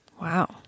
Wow